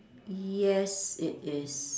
yes it is